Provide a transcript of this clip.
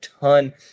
ton